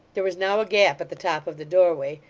there was now a gap at the top of the doorway,